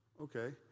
Okay